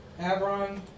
Avron